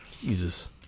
Jesus